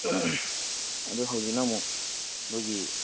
ꯑꯗꯨ ꯍꯧꯖꯤꯛꯅ ꯑꯃꯨꯛ ꯑꯩꯈꯣꯏꯒꯤ